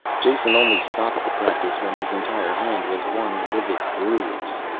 jason only stopped the practice when his entire hand was one livid bruise.